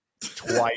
twice